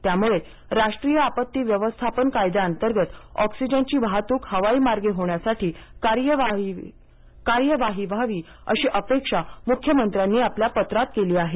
त्यामुळे राष्ट्रीय आपत्ती व्यवस्थापन कायद्यांतर्गत ऑक्सिजनची वाहतूक हवाई मार्गे होण्यासाठी कार्यवाही व्हावी अशी अपेक्षा मुख्यमंत्र्यांनी आपल्या पत्रात केली आहे